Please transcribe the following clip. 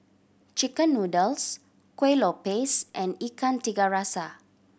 chicken noodles Kueh Lopes and Ikan Tiga Rasa